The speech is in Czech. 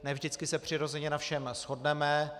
Ne vždycky se přirozeně na všem shodneme.